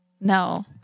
No